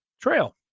trail